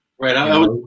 Right